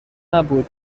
نبود